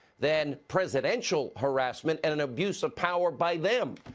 then presidential harassment and and abuse of power by them.